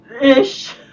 ish